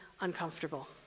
uncomfortable